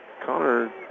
Connor